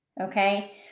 Okay